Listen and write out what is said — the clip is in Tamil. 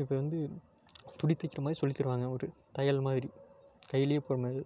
இப்போ வந்து துணி தைக்கிறமாரி சொல்லித்தருவாங்க ஒரு தையல் மாதிரி கையிலயே போடுறமாரி